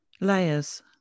Layers